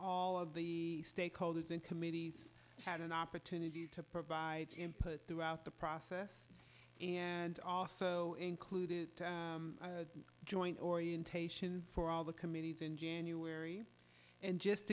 of the stakeholders in committees had an opportunity to provide input throughout the process and also include a joint orientation for all the committees in january and just